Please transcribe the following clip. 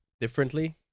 differently